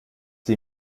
die